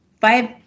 five